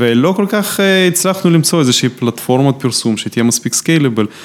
ולא כל כך הצלחנו למצוא איזושהי פלטפורמה פרסום שהיא תהיה מספיק סקיילבל.